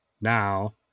now